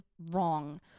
wrong